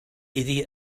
iddi